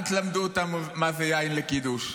אל תלמדו אותנו מה זה יין לקידוש.